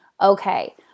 Okay